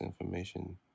information